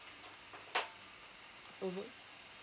mmhmm